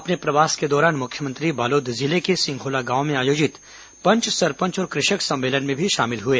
अपने प्रवास के दौरान मुख्यमंत्री बालोद जिले के सिंघोला गांव में आयोजित पंच सरपंच और कृषक सम्मेलन में भी शामिल हुए